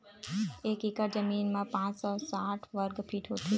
एक एकड़ जमीन मा पांच सौ साठ वर्ग फीट होथे